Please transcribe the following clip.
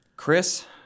Chris